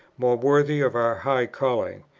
more worthy of our high calling.